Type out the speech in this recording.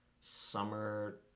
summer